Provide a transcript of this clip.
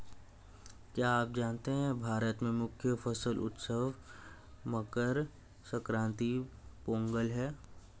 क्या आप जानते है भारत में मुख्य फसल उत्सव मकर संक्रांति, पोंगल है?